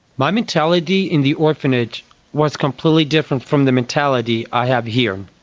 my mentality in the orphanage was completely different from the mentality i have here.